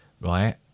right